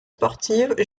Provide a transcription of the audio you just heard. sportive